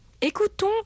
Écoutons